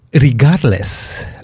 regardless